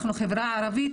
אנחנו חברה ערבית,